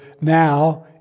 now